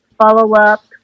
follow-up